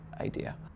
idea